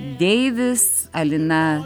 deivis alina